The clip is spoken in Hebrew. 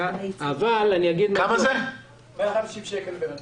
150 שקלים לבן אדם.